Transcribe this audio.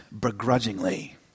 begrudgingly